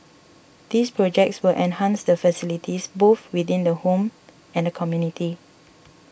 these projects will enhance the facilities both within the home and community